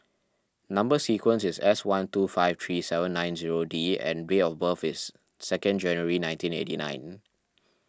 Number Sequence is S one two five three seven nine zero D and date of birth is second January nineteen eighty nine